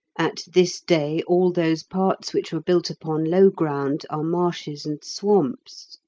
at this day all those parts which were built upon low ground are marshes and swamps.